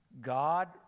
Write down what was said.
God